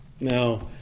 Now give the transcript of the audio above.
Now